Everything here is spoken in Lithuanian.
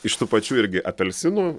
iš tų pačių irgi apelsinų